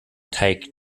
take